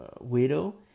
widow